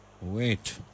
Wait